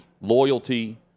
loyalty